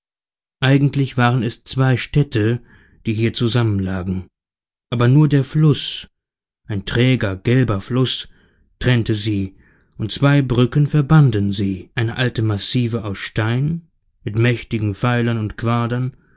eigentlich waren es zwei städte die hier zusammenlagen aber nur der fluß ein träger gelber fluß trennte sie und zwei brücken verbanden sie eine alte massive aus stein mit mächtigen pfeilern und quadern